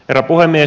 herra puhemies